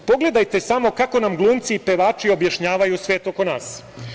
Pogledajte samo kako nam glumci i pevači objašnjavaju svet oko nas.